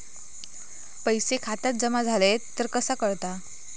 पैसे खात्यात जमा झाले तर कसा कळता?